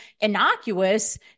innocuous